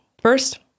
first